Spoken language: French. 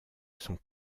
sont